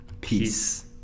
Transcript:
Peace